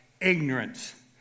ignorance